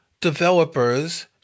developers